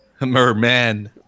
Merman